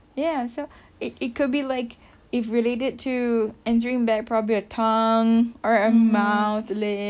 ya so it it could be like if related to entering that probably a tongue or a mouth lip